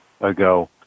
Ago